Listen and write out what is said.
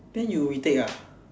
then you retake ah